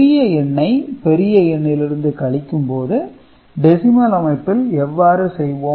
சிறிய எண்ணை பெரிய எண்ணிலிருந்து கழிக்கும்போது டெசிமல் அமைப்பில் எவ்வாறு செய்வோம்